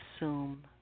assume